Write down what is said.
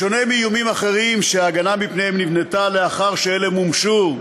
בשונה מאיומים אחרים שההגנה מפניהם נבנתה לאחר שהם מומשו,